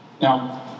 Now